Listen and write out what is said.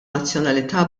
nazzjonalità